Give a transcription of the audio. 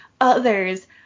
others